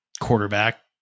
quarterback